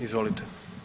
Izvolite.